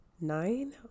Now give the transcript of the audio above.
nine